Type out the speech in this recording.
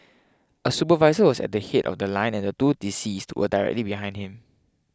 a supervisor was at the head of The Line and the two deceased were directly behind him